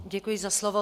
Děkuji za slovo.